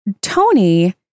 tony